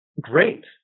great